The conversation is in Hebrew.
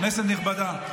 כנסת נכבדה,